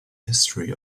history